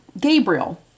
Gabriel